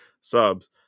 subs